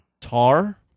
Tar